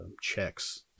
checks